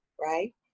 right